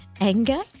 anger